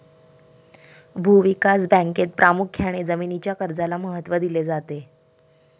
भूविकास बँकेत प्रामुख्याने जमीनीच्या कर्जाला महत्त्व दिले जाते